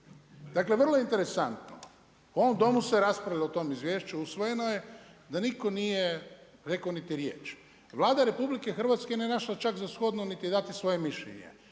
Dakle, vrlo interesantno, u ovom Domu se raspravilo o tom izvješću, usvojeno je, da nitko nije rekao niti riječ. Vlada Republike Hrvatske je …/Govornik se ne razumije./… niti dati svoje mišljenje.